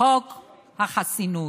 חוק החסינות.